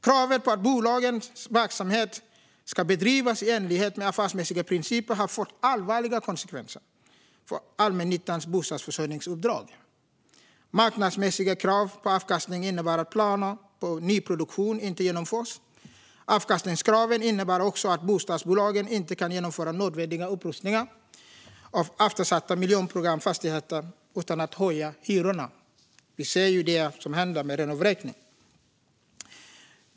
Kravet på att bolagens verksamhet ska bedrivas i enlighet med affärsmässiga principer har fått allvarliga konsekvenser för allmännyttans bostadsförsörjningsuppdrag. Marknadsmässiga krav på avkastning innebär att planer på nyproduktion inte genomförs. Avkastningskraven innebär också att bostadsbolagen inte kan genomföra nödvändiga upprustningar av eftersatta miljonprogramsfastigheter utan att höja hyrorna. Vi ser ju vad som händer med renovräkning.